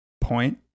point